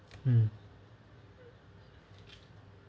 mm